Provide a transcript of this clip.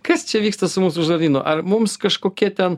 kas čia vyksta su mūsų žarnynu ar mums kažkokie ten